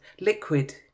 liquid